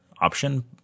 option